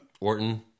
Orton